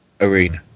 arena